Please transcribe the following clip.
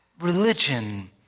religion